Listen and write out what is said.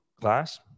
glass